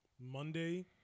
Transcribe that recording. Monday